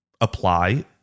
apply